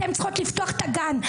אתן צריכות לפתוח את הגן.